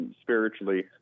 spiritually